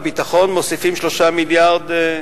בביטחון מוסיפים 3 מיליארדים,